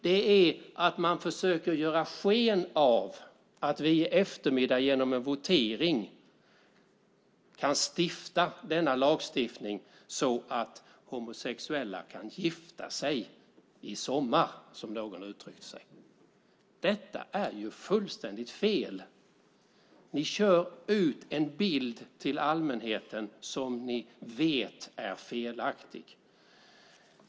Det är att man försöker göra sken av att vi i eftermiddagens votering kan stifta denna lag så att homosexuella kan gifta sig i sommar, som någon uttryckte sig. Detta är fullständigt fel. Ni kör ut en bild till allmänheten som ni vet är felaktig.